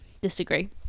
disagree